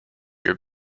your